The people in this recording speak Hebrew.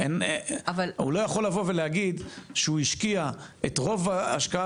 אבל --- הוא לא יכול לבוא ולהגיד שהוא השקיע את רוב ההשקעה